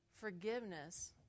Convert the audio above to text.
forgiveness